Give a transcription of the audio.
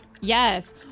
Yes